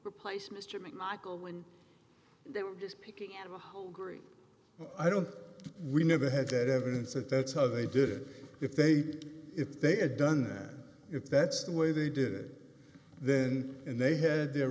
replace mr macmichael when they were just picking out of a whole group i don't we never had that evidence and that's how they did it if they if they had done that if that's the way they did it then and they had their